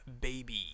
Baby